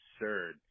absurd